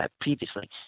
previously